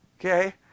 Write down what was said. Okay